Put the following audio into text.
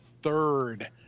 third